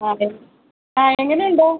അതെ ആ എങ്ങനെയുണ്ട്